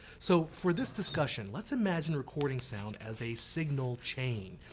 so for this discussion lets imagine recording sound as a signal chain.